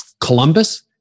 Columbus